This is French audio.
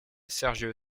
sergio